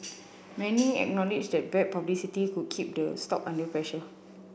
many acknowledge that bad publicity could keep the stock under pressure